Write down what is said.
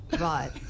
Right